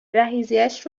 جهیزیهش